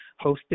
hosted